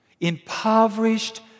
impoverished